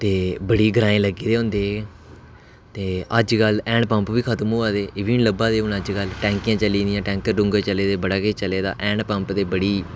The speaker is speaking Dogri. ते बड़े ग्राएं लग्गे दे होंदे न ते अज्ज कल हैंड पम्प बी खत्म होआ दे एह् बी लब्भा दे हुन अज्ज कल टैंकियां चली दियां टैंकर चले दे बड़ा किश चले दा हैंड पम्प ते बड़ी